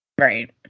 Right